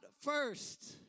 first